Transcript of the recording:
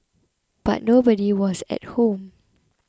but nobody was at home